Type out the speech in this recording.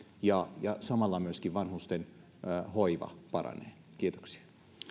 ja ja samalla myöskin vanhustenhoiva paranee kiitoksia